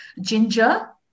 ginger